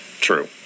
True